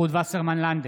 רות וסרמן לנדה,